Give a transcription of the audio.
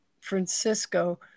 Francisco